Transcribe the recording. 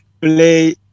play